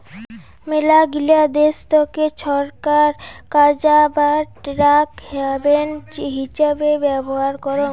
মেলাগিলা দেশতকে ছরকার কাজা বা ট্যাক্স হ্যাভেন হিচাবে ব্যবহার করং